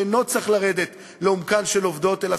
שאינו צריך לרדת לעומקן של עובדות אלא